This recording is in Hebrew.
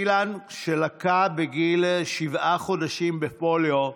אילן, שלקה בגיל שבעה חודשים בפוליו,